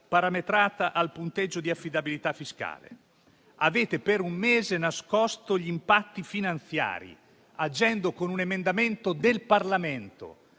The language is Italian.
parametrata al punteggio di affidabilità fiscale. Per un mese avete nascosto gli impatti finanziari, agendo con un emendamento del Parlamento.